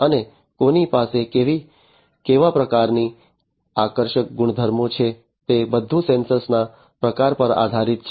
અને કોની પાસે કેવા પ્રકારની આકર્ષક ગુણધર્મો છે તે બધું સેન્સર ના પ્રકાર પર આધારિત છે